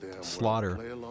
slaughter